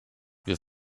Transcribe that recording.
wir